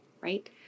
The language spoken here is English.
right